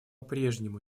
прежнему